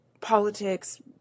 politics